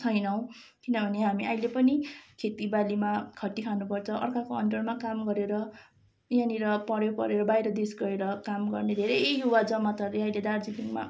छैनौँ किनभने हामी अहिले पनि खेतीबारीमा खटी खानुपर्छ अर्काको अन्डरमा काम गरेर यहाँनिर पढ्यो पढेर बाहिर देश गएर काम गर्ने धेरै युवा जमातहरूले अहिले दार्जिलिङमा